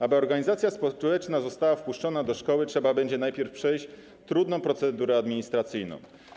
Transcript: Aby organizacja społeczna została wpuszczona do szkoły, będzie musiała najpierw przejść trudną procedurę administracyjną.